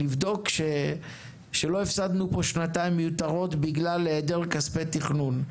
לבדוק שלא הפסדנו פה שנתיים מיותרות בגלל היעדר כספי תכנון.